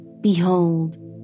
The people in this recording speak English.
Behold